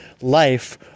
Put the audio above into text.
life